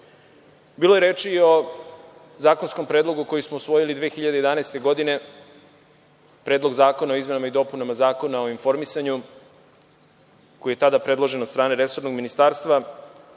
je reči i o zakonskom predlogu koji smo usvojili 2011. godine – Predlog zakona o izmenama i dopunama Zakona o informisanju, koji je tada predložen od strane resornog ministarstva,